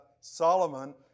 Solomon